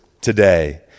today